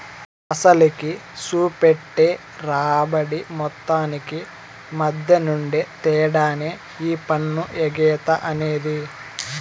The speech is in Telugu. అసలుకి, సూపెట్టే రాబడి మొత్తానికి మద్దెనుండే తేడానే ఈ పన్ను ఎగేత అనేది